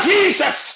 Jesus